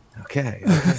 Okay